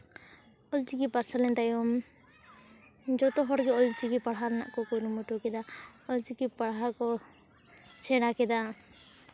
ᱚᱞ ᱪᱤᱠᱤ ᱯᱟᱨᱥᱟᱞᱮᱱ ᱛᱟᱭᱚᱢ ᱡᱚᱛᱚᱦᱚᱲᱜᱮ ᱚᱞ ᱪᱤᱠᱤ ᱯᱟᱲᱦᱟᱣ ᱨᱮᱱᱟᱜ ᱠᱚ ᱠᱩᱨᱩᱢᱩᱴᱩ ᱠᱮᱫᱟ ᱚᱞ ᱪᱤᱠᱤ ᱯᱟᱲᱦᱟᱣ ᱠᱚ ᱥᱮᱬᱟ ᱠᱮᱫᱟ